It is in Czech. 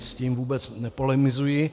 S tím vůbec nepolemizuji.